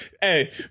Hey